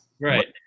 Right